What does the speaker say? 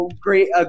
great